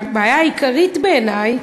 הבעיה העיקרית בעיני היא